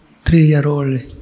three-year-old